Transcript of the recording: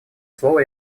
слово